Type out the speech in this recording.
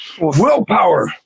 Willpower